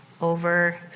over